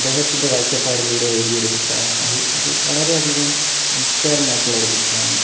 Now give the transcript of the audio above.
അദ്ദേഹത്തിൻ്റെ കാഴ്ചപ്പാടിലൂടെ എഴുതിയൊരു പുസ്തകമാണത് അതു വളരെയധികം ഇൻസ്പയറിങ്ങായിട്ടുള്ളൊരു ബുക്കാണ്